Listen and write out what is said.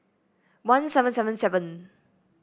one seven seven seven